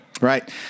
Right